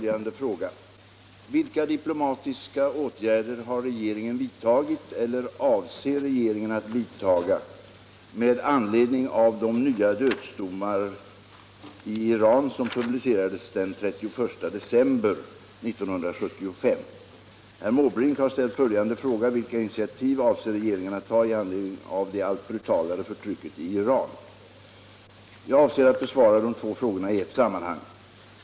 Jag avser att besvara de två frågorna i ett sammanhang.